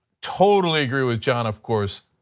totally agree with john, of course,